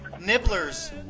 Nibblers